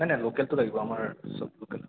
নাই নাই লোকেলটো লাগিব আমাৰ সৱ লোকেল